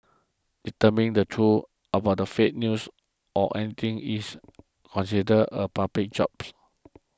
determining the truth about the fake news or anything is considered the public's job